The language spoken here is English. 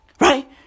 Right